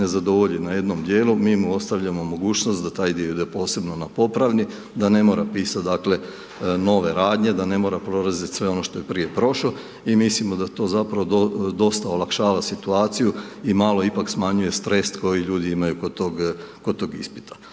ne zadovolji na jednom dijelu, mi mu ostavljamo mogućnost da taj dio ide posebno na popravni, da ne mora pisati, dakle, nove radnje, da ne mora prolaziti sve ono što je prije prošao i mislimo da to, zapravo, dosta olakšava situaciju i malo ipak smanjuje stres koji ljudi imaju kod tog ispita.